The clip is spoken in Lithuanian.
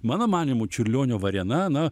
mano manymu čiurlionio varėna na